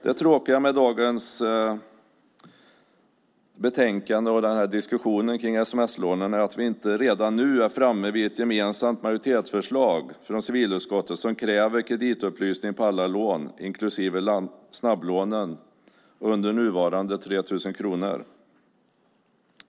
Det tråkiga med dagens betänkande och diskussionen om sms-lånen är att vi inte redan nu är framme vid ett gemensamt majoritetsförslag från civilutskottet som kräver kreditupplysning för alla lån, inklusive snabblånen, under nuvarande 3 000 kronor.